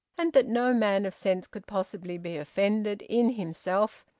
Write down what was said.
and that no man of sense could possibly be offended, in himself,